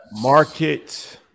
Market